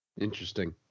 Interesting